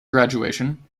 graduation